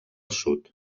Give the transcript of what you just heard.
sud